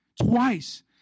twice